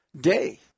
day